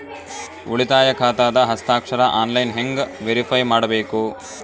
ಉಳಿತಾಯ ಖಾತಾದ ಹಸ್ತಾಕ್ಷರ ಆನ್ಲೈನ್ ಹೆಂಗ್ ವೇರಿಫೈ ಮಾಡಬೇಕು?